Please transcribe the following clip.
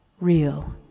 real